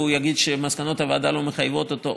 והוא יגיד שמסקנות הוועדה לא מחייבות אותו.